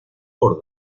por